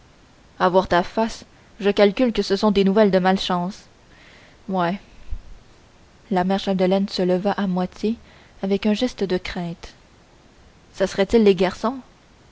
voir ta face je calcule que ce sont des nouvelles de malchance ouais la mère chapdelaine se leva à moitié avec un geste de crainte ça serait-il les garçons